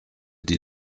die